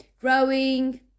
growing